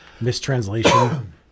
mistranslation